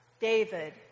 David